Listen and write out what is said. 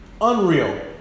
Unreal